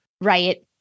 Right